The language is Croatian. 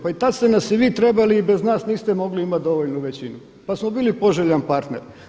Pa i tada ste nas i vi trebali i bez nas niste mogli imati dovoljnu većinu pa smo bili poželjan partner.